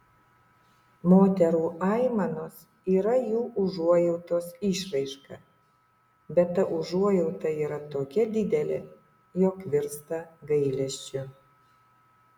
moterų aimanos yra jų užuojautos išraiška bet ta užuojauta yra tokia didelė jog virsta gailesčiu